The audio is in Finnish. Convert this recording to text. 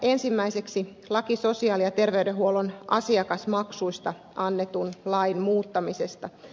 ensimmäiseksi laki sosiaali ja terveydenhuollon asiakasmaksuista annetun lain muuttamisesta